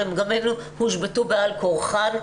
הרי גם הן הושבתו בעל כורחן,